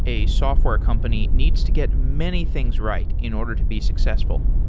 a software company needs to get many things right in order to be successful.